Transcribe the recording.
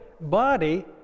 body